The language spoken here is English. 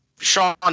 Sean